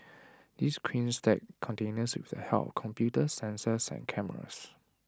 these cranes stack containers with the help of computers sensors and cameras